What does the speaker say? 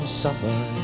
summer